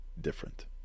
different